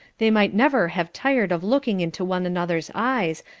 they might never have tired of looking into one another's eyes,